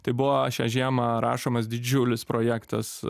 tai buvo šią žiemą rašomas didžiulis projektas